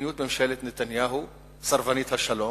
למדיניות ממשלת נתניהו, סרבנית השלום.